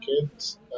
kids